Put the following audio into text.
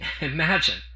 Imagine